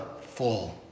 full